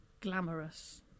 glamorous